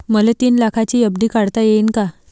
मले तीन लाखाची एफ.डी काढता येईन का?